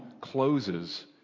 closes